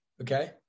okay